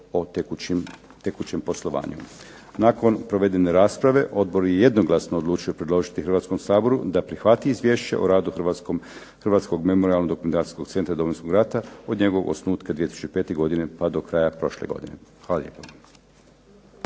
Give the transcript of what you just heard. o tekućem poslovanju. Nakon provedene rasprave odbor je jednoglasno odlučio predložiti Hrvatskom saboru da prihvati Izvješće o radu Hrvatskog memorijalno-dokumentacijskog centra Domovinskog rata od njegovog osnutka 2005. godine pad o kraja prošle godine. Hvala lijepo.